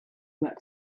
that